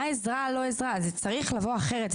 זה צריך לבוא אחרת.